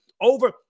over